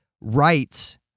rights